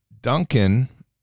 Duncan